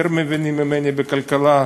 יותר מבינים ממני בכלכלה,